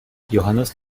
johannes